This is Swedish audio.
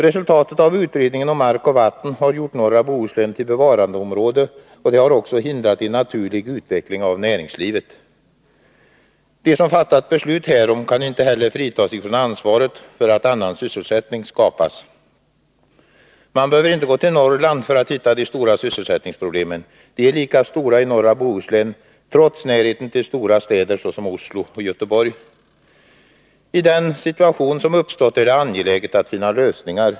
Resultatet av utredningen om mark och vatten har gjort norra Bohuslän till bevarandeområde, och det har också hindrat en naturlig utveckling av näringslivet. De som fattat beslut härom kan inte heller frita sig från ansvaret för att annan sysselsättning skapas. Man behöver inte gå till Norrland för att hitta de stora sysselsättningsproblemen. De är lika stora i norra Bohuslän, trots närheten till stora städer såsom Oslo och Göteborg. I den situation som uppstått är det angeläget att finna lösningar.